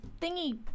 thingy